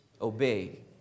obey